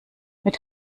mit